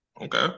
Okay